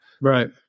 Right